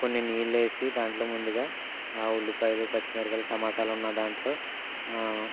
కొన్ని నీళ్ళేసి దాంట్లో ముందుగా ఉల్లిపాయలు పచ్చిమిరక్కాయలు టమాటాలు ఉన్న దాంట్లో